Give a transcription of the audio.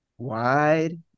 Wide